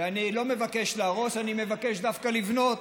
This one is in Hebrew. ואני לא מבקש להרוס, אני מבקש דווקא לבנות.